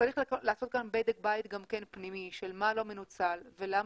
צריך לעשות כאן בדק בית גם פנימי של מה לא מנוצל ולמה